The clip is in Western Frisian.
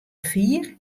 fier